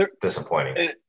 disappointing